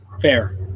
Fair